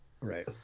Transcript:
Right